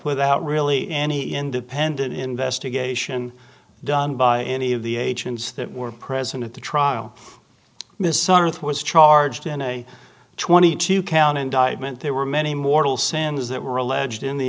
without really any independent investigation done by any of the agents that were present at the trial ms sun with was charged in a twenty two dollars count indictment there were many mortal sins that were alleged in the